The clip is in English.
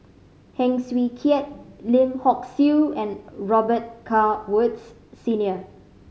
Heng Swee Keat Lim Hock Siew and Robet Carr Woods Senior